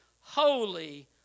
Holy